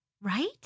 Right